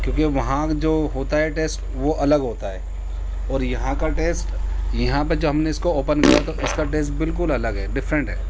کیوںکہ وہاں کا جو ہوتا ہے ٹیسٹ وہ الگ ہوتا ہے اور یہاں کا ٹیسٹ یہاں پہ جب ہم نے اس كو اوپن کرا تو اس كا ٹیسٹ بالکل الگ ہے ڈفرینٹ ہے